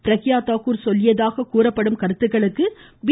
பிரக்யா தாகூர் சொல்லியதாகக் கூறப்படும் கருத்துக்களுக்கு பி